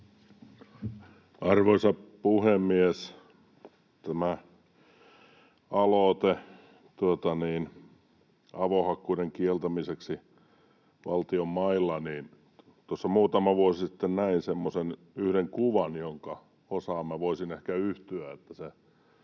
Arvoisa puhemies! Tästä aloitteesta avohakkuiden kieltämiseksi valtion mailla: Tuossa muutama vuosi sitten näin yhden semmoisen kuvan, jonka osaan minä voisin ehkä yhtyä